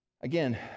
Again